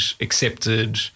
accepted